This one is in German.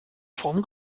form